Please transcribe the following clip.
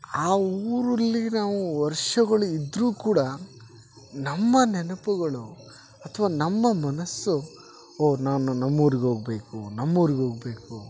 ಆ ಊರಲ್ಲಿ ನಾವು ವರ್ಷಗಳು ಇದ್ದರು ಕೂಡ ನಮ್ಮ ನೆನಪುಗಳು ಅಥವಾ ನಮ್ಮ ಮನಸ್ಸು ಓ ನಾನು ನಮ್ಮೂರಿಗೆ ಹೋಗ್ಬೇಕು ನಮ್ಮೂರಿಗೆ ಹೋಗ್ಬೇಕು